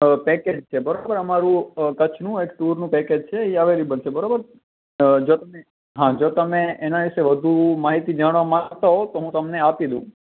અ package છે બરાબર અમારું અ કચ્છનું એક ટૂરનું પૅકેજ છે એ અવેલેબલ છે બરાબર અ જો તમે હા જો તમે એનાં વિશે વધુ માહિતી જાણવા માગતા હોવ તો હું તમને આપી દઉં